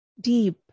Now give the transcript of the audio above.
deep